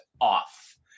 off